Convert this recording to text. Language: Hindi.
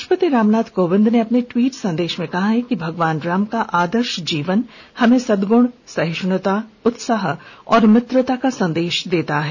राष्ट्रपति रामनाथ कोविंद ने अपने ट्विट में कहा है कि भगवान राम का आदर्श जीवन हमें सदगुण सहिष्णुता उत्साह और मित्रता का संदेश देता है